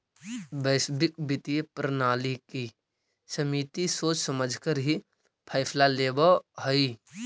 वैश्विक वित्तीय प्रणाली की समिति सोच समझकर ही फैसला लेवअ हई